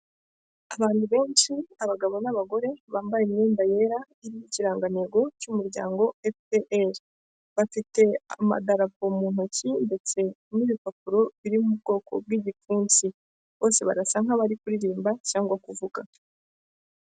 Abantu benshi abagabo n'abagore bambaye imyenda yera irimo ikirangantego cy'umuryango efuperi, bafite amadarapo mu ntoki ndetse n'ibipapuro biri mu bwoko bw'igipfunsi, bose barasa nk'abari kuririmba cyangwa kuvuga.